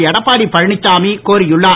எடப்பாடி பழனிசாமி கோரியுள்ளார்